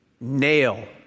Nail